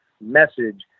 message